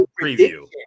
preview